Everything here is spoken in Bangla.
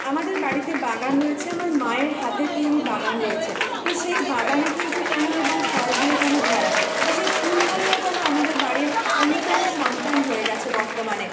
আমাদের বাড়িতে বাগান রয়েছে আমার মায়ের হাতে তৈরি বাগান রয়েছে তো সেই বাগানে কিন্তু ফুল এবং ফল দিয়ে যেন ভরা তো সেই ফুল ফলেরা যেন আমাদের বাড়ির অন্যতম সন্তান হয়ে গিয়েছে বর্তমানে